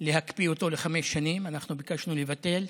להקפיא אותו לחמש שנים, אנחנו ביקשנו לבטל.